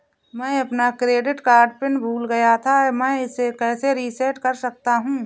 मैं अपना credit card pin भूल गया था मैं इसे कैसे रीसेट कर सकता हूँ?